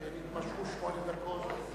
שנתמשכו לשמונה דקות.